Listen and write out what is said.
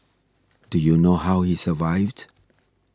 do you know how he survived